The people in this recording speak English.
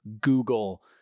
Google